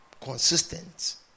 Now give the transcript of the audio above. consistent